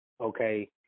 okay